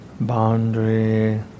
boundary